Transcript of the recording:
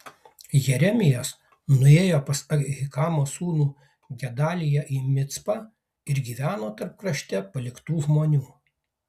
jeremijas nuėjo pas ahikamo sūnų gedaliją į micpą ir gyveno tarp krašte paliktų žmonių